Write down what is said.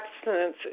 abstinence